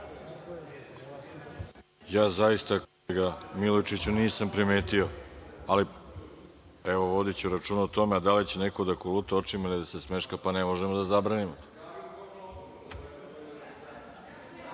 Zaista, kolega Milojičiću, nisam primetio, ali, evo, vodiću računa o tome, a da li će neko da koluta očima ili se smeška, pa ne možemo da zabranimo to. Da